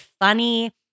funny